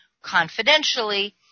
confidentially